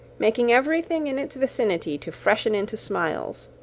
making everything in its vicinity to freshen into smiles!